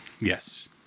Yes